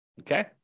okay